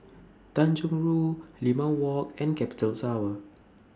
Tanjong Rhu Limau Walk and Capital Tower